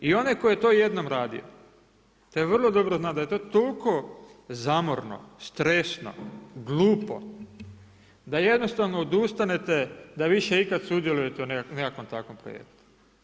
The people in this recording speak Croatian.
I onaj tko je to jednom radio taj vrlo dobro zna da je to toliko zamorno, stresno, glupo da jednostavno odustanete da više ikad sudjelujete u nekakvom takvom projektu.